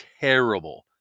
terrible